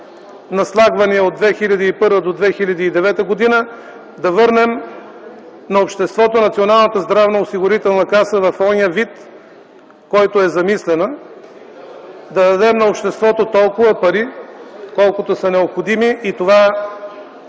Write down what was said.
наслагвания от 2001 до 2009 г.; да върнем на обществото Националната здравноосигурителна каса в онзи вид, в който е замислена, да дадем на обществото толкова пари, колкото са необходими и това е